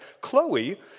Chloe